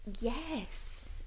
Yes